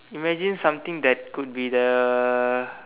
imagine something that could be the